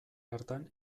hartan